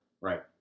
Right